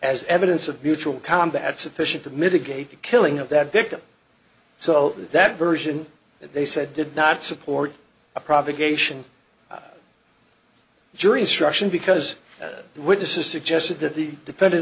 as evidence of mutual combat sufficient to mitigate the killing of that victim so that version that they said did not support a propagation jury instruction because the witness has suggested that the defendant